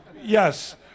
Yes